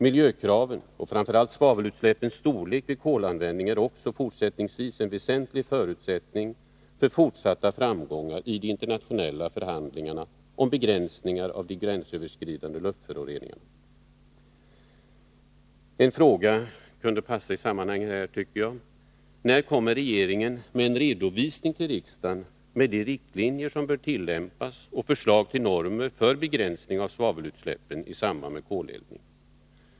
Miljökraven och framför allt svavelutsläppens storlek vid kolanvändning är också fortsättningsvis en väsentlig förutsättning för fortsatta framgångar i de internationella förhandlingarna om begränsningar av de gränsöverskridande luftföroreningarna. Jag tycker att följande fråga kunde passa i sammanhanget: När kommer regeringen med en redovisning till riksdagen med de riktlinjer som bör tillämpas och med förslag till normer för begränsning av svavelutsläppen i samband med koleldning?